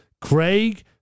Craig